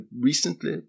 recently